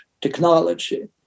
technology